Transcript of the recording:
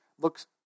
looks